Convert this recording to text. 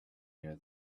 near